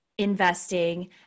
Investing